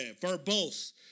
verbose